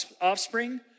offspring